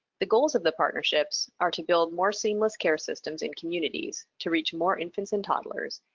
the goals of the partnerships are to build more seamless care systems in communities, to reach more infants and toddlers,